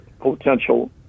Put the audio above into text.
potential